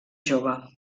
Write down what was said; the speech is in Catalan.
jove